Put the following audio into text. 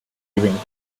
giving